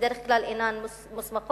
שבדרך כלל אינן מוסמכות,